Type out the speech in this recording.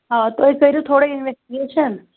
آ تُہۍ کٔرِو تھوڑا انوٮ۪سٹِگیشَن